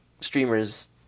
streamers